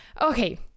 Okay